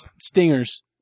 Stingers